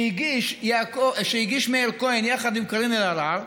שהגיש מאיר כהן יחד עם קארין אלהרר,